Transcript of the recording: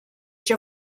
age